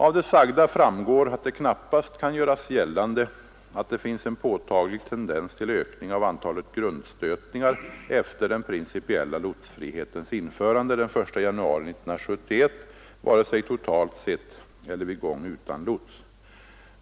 Av det sagda framgår att det knappast kan göras gällande att det finns en påtaglig tendens till ökning av antalet grundstötningar efter den principiella lotsfrihetens införande den 1 januari 1971 vare sig totalt sett eller vid gång utan lots.